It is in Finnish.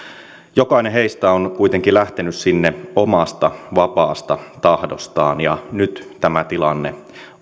jokainen heistä on kuitenkin lähtenyt sinne omasta vapaasta tahdostaan ja nyt tämä tilanne